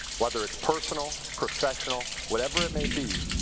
whether it is personal, professional, whatever it may be,